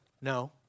No